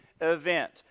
event